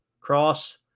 cross